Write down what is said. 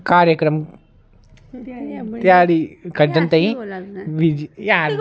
घर इक ध्याड़ी कड्ढन ताईं बिजी